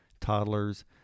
toddlers